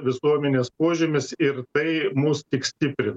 visuomenės požymis ir tai mus tik stipri